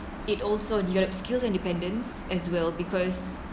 it also develop skills independence as well because